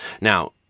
Now